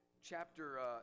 chapter